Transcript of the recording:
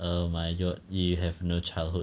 oh my god you have no childhood